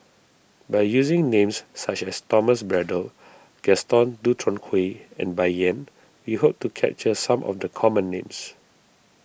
by using names such as Thomas Braddell Gaston Dutronquoy and Bai Yan we hope to capture some of the common names